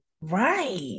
right